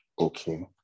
okay